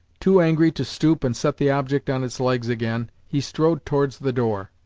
too angry to stoop and set the object on its legs again, he strode towards the door.